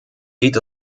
geht